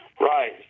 Right